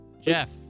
jeff